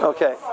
Okay